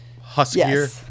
huskier